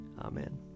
Amen